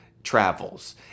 travels